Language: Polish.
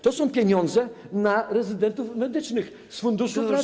To są pieniądze na rezydentów medycznych z Funduszu Pracy.